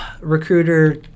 recruiter